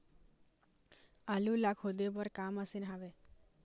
आलू ला खोदे बर का मशीन हावे?